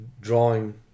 Drawing